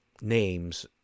names